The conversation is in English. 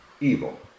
evil